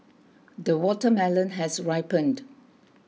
the watermelon has ripened